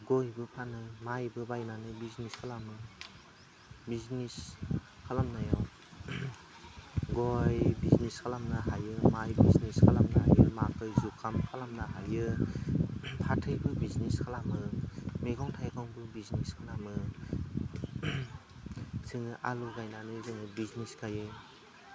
गयबो फानो माइबो बायनानै बिजनेस खालामो बिजनेस खालामनायाव गय बिजनेस खालामनो हायो माइ बिजनेस खालामनो हायो माकै जुखाम खालामनो हायो फाथैबो बिजनेस खालामो मैगं थाइगंबो बिजनेस खालामो जोङो आलु गायनानै जोङो बिजनेस गायो